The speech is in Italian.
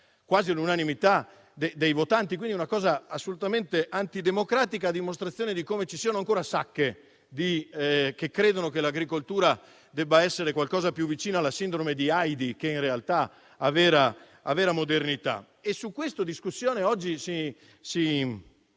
quasi all'unanimità. È stato un atto assolutamente antidemocratico, a dimostrazione di come ci siano ancora sacche che credono che l'agricoltura debba essere qualcosa più vicino alla sindrome di Heidi che alla vera modernità. Su questa discussione oggi si